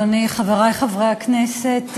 חברי חברי הכנסת,